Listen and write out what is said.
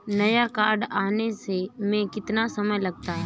नया कार्ड आने में कितना समय लगता है?